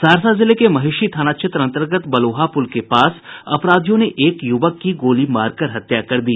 सहरसा जिले के महेषी थाना क्षेत्र अंतर्गत बलुहा पुल के पास अपराधियों ने एक युवक की गोली मारकर हत्या कर दी